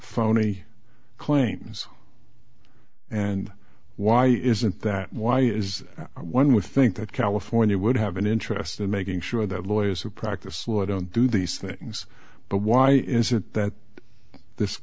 phony claims and why isn't that why it is one would think that california would have an interest in making sure that lawyers who practice law don't do these things but why is it that th